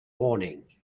warning